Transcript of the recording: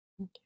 Okay